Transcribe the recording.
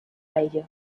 ello